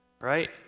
right